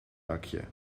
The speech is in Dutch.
dakje